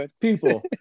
people